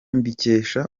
mbikesha